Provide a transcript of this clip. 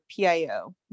PIO